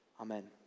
Amen